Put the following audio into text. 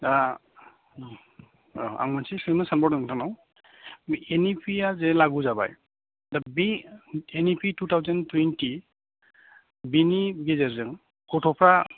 दा औ आं मोनसे सोंनाय सोंनो सानबावदों नोंथांनाव एन इ फि आ जे लागु जाबाय दा बे N E P two thousand twenty बिनि गेजेरजों गथ'फ्रा